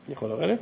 אני יכול לרדת?